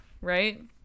right